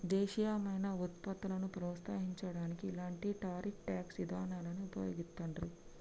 దేశీయమైన వుత్పత్తులను ప్రోత్సహించడానికి ఇలాంటి టారిఫ్ ట్యేక్స్ ఇదానాలను వుపయోగిత్తండ్రు